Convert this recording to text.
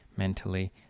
mentally